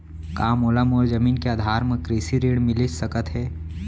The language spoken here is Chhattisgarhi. का मोला मोर जमीन के आधार म कृषि ऋण मिलिस सकत हे?